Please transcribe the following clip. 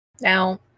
Now